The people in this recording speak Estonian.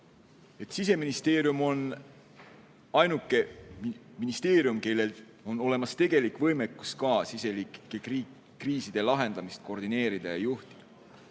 Siseministeerium on ainuke ministeerium, kellel on olemas tegelik võimekus riigisiseste kriiside lahendamist koordineerida ja juhtida.